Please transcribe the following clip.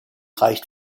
reicht